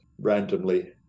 randomly